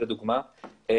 לדוגמה,